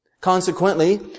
Consequently